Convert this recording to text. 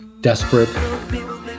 desperate